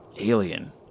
Alien